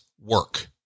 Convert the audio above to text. work